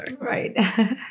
Right